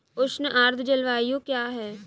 उष्ण आर्द्र जलवायु क्या है?